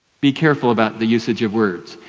be careful about the usage of words.